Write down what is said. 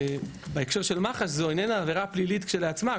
בהקשר של מח"ש זו איננה עבירה פלילית כשלעצמה,